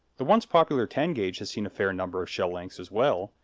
the once-popular ten ga has seen a fair number of shell lengths as well,